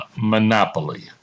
Monopoly